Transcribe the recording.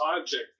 object